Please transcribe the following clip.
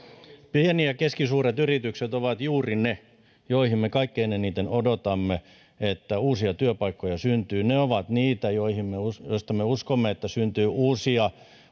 pienet ja keskisuuret yritykset ovat juuri ne joihin me kaikkien eniten odotamme että uusia työpaikkoja syntyy ne ovat niitä joista me uskomme että syntyy uusia